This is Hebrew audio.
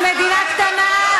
אנחנו מדינה קטנה.